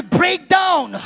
breakdown